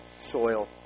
soil